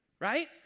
Right